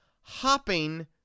hopping